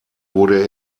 wurde